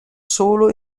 solo